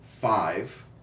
five